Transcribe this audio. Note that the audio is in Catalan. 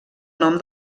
nom